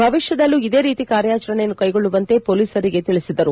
ಭವಿಷ್ಟದಲ್ಲೂ ಇದೇ ರೀತಿ ಕಾರ್ಯಚರಣೆಯನ್ನು ಕೈಗೊಳ್ಳುವಂತೆ ಮೊಲೀಸರಿಗೆ ತಿಳಿಸಿದರು